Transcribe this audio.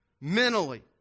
Mentally